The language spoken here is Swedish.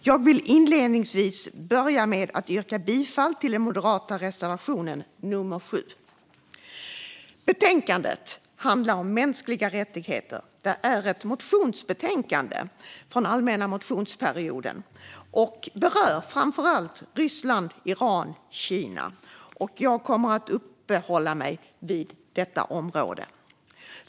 Herr talman! Jag vill börja med att yrka bifall till den moderata reservationen nummer 7. Betänkandet handlar om mänskliga rättigheter. Det är ett motionsbetänkande från allmänna motionstiden och berör framför allt Ryssland, Iran och Kina. Jag kommer att uppehålla mig vid detta område.